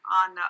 on